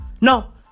no